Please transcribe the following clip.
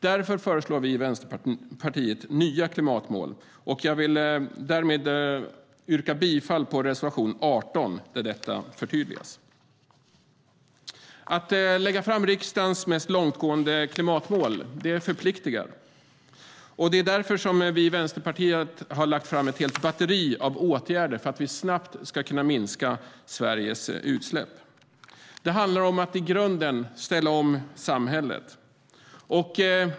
Därför föreslår Vänsterpartiet nya klimatmål, och jag yrkar därför bifall till reservation 18 där detta förtydligas. Att lägga fram riksdagens mest långtgående klimatmål förpliktar. Det är därför som Vänsterpartiet har lagt fram ett helt batteri av åtgärder för att vi snabbt ska kunna minska Sveriges utsläpp. Det handlar om att i grunden ställa om samhället.